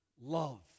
love